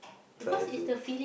try to